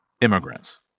immigrants